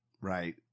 Right